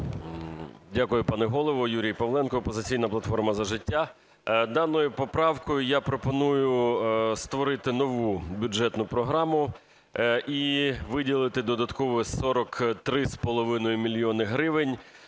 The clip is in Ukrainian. Дякую, пане Голово. Юрій Павленко, "Опозиційна платформа - За життя". Даною поправкою я пропоную створити нову бюджетну програму і виділити додатково 43,5 мільйона